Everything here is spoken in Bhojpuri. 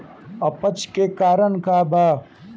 अपच के का कारण बा?